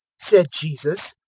said jesus.